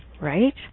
Right